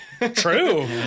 True